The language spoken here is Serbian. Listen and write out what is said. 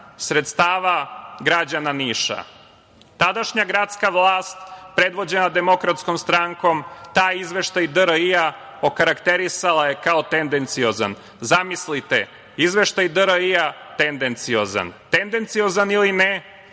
sredstava građana Niša. Tadašnja gradska vlast, predvođena Demokratskom strankom, taj izveštaj DRI-a okarakterisala je kao tendenciozan. Zamislite, izveštaj DRI-a tendenciozan! Tendenciozan ili ne,